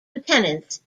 lieutenants